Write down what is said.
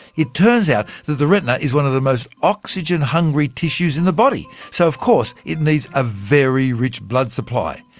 it turns out that the retina is one of the most oxygen-hungry tissues in the body, so of course, it needs a very rich blood supply.